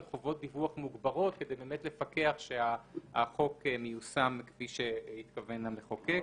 חובות דיווח מוגברות כדי באמת לפקח שהחוק מיושם כפי שהתכוון המחוקק.